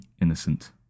innocent